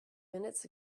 minutes